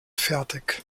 fertig